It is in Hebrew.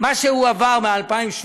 מה שהועבר מ-2017,